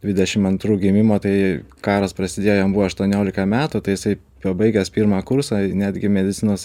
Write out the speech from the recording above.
dvidešim antrų gimimo tai karas prasidėjo jam buvo aštuoniolika metų tai jisai pabaigęs pirmą kursą netgi medicinos